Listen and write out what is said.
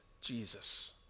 Jesus